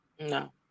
No